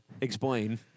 Explain